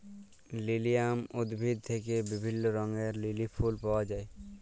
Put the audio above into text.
lilium উদ্ভিদ থেক্যে বিভিল্য রঙের লিলি ফুল পায়া যায়